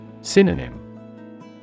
Synonym